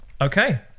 Okay